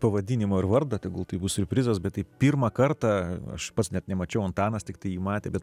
pavadinimo ir vardą tegul tai bus siurprizas bet taip pirmą kartą aš pats net nemačiau antanas tiktai jį matė bet